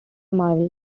marvel